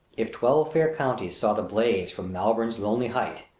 if twelve fair counties saw the blaze from malvern's lonely height,